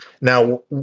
Now